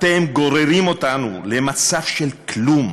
אתם גוררים אותנו למצע של כלום.